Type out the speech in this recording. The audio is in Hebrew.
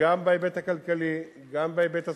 גם בהיבט הכלכלי, גם בהיבט הסוציאלי.